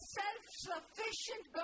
self-sufficient